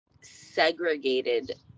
segregated